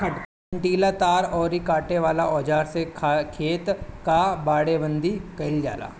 कंटीला तार अउरी काटे वाला औज़ार से खेत कअ बाड़ेबंदी कइल जाला